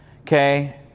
okay